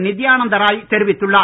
நித்யானந்த ராய் தெரிவித்துள்ளார்